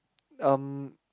um